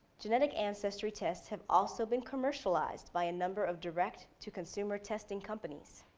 genetic ancestry tests have also been commercialized by a number of direct to consumer testing companies.